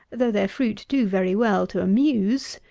though their fruit do very well to amuse,